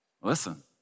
Listen